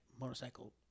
motorcycle